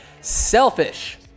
Selfish